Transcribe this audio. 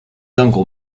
uncle